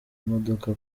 imodoka